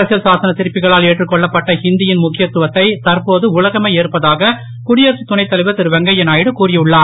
அரசியல்சாசன சிற்பிகளால் ஏற்றுக்கொள்ளப்பட்ட ஹிந்தி யின் முக்கியத்துவத்தை தற்போது உலகமே ஏற்பதாக குடியரசுத் துணைத்தலைவர் திருவெங்கைய நாயுடு கூறியுள்ளார்